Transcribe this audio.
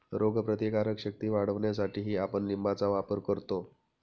रोगप्रतिकारक शक्ती वाढवण्यासाठीही आपण लिंबाचा वापर करतो